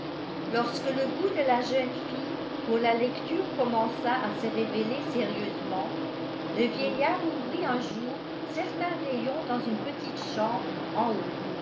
lorsque le goût de la jeune fille pour la lecture commença à se révéler sérieusement le vieillard ouvrit un jour certains rayons dans une petite chambre en haut